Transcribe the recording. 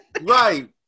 Right